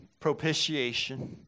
Propitiation